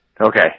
Okay